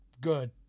good